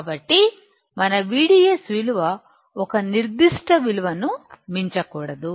కాబట్టి మన VDS విలువ ఒక నిర్దిష్ట విలువ ను మించకూడదు